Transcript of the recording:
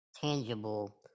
tangible